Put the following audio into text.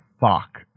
fuck